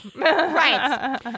Right